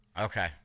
Okay